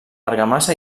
argamassa